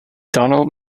donald